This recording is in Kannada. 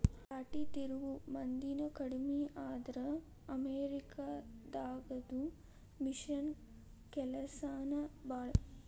ರಾಟಿ ತಿರುವು ಮಂದಿನು ಕಡಮಿ ಆದ್ರ ಅಮೇರಿಕಾ ದಾಗದು ಮಿಷನ್ ಕೆಲಸಾನ ಭಾಳ